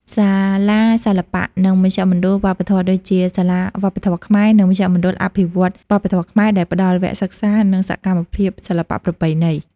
សាលាសិល្បៈ និងមជ្ឈមណ្ឌលវប្បធម៌ ដូចជា សាលាវប្បធម៌ខ្មែរ និងមជ្ឈមណ្ឌលអភិវឌ្ឍវប្បធម៌ខ្មែរ ដែលផ្តល់វគ្គសិក្សា និងសកម្មភាពសិល្បៈប្រពៃណី។